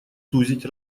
сузить